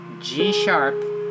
G-sharp